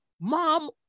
mom